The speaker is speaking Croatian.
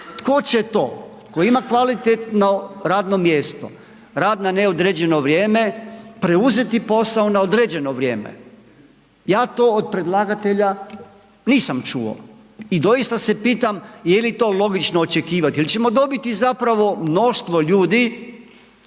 Tko će to tko ima kvalitetno radno mjesto, rad na neodređeno vrijeme preuzeti posao na određeno vrijeme? Ja to od predlagatelja nisam čuo. I doista se pitam je li to logično očekivati jer ćemo dobiti zapravo mnoštvo ljudi